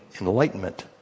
enlightenment